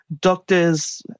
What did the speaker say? Doctors